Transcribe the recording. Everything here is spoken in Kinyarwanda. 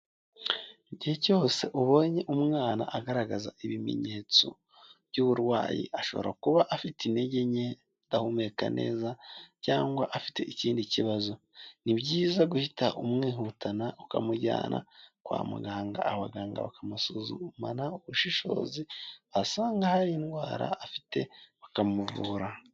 Igihe cyose ubonye umwana agaragaza ibimenyetso by'uburwayi ashobora kuba afite intege nke adahumeka neza cyangwa afite ikindi kibazo. Ni byiza guhita umwihutana ukamujyana kwa muganga abaganga bakamusuzumana ubushishozi basanga hari indwara afite bakamuvura.